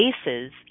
spaces